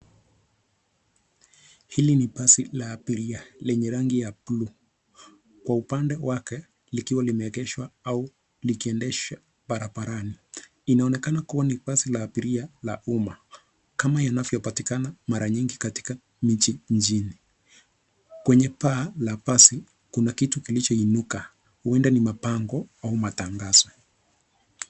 Hili ni basi la abiria lenye rangi ya buluu kwa upande wake likiwa limeegeshwa au likiendeshwa barabarani. Linaonekana kuwa basi la abiria la umma kama inavyopatikana mara nyingi katika miji nchini. Kwenye paa la basi, kuna kitu kilichoinuka, huenda ni mapambo au matangazo.